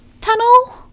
tunnel